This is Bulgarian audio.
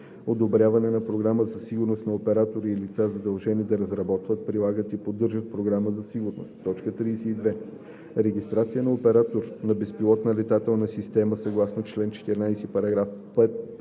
одобряване на програми за сигурност на оператори и лица, задължени да разработват, прилагат и поддържат програма за сигурност; 32. регистрация на оператор на безпилотна летателна система, съгласно чл. 14, параграф 5